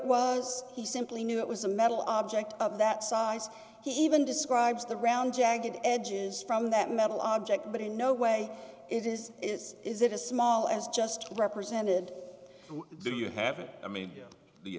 was he simply knew it was a metal object of that size he even describes the round jagged edges from that metal object but in no way is is is it a small as just represented do you have an i mean